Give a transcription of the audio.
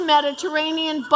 Mediterranean